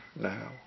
now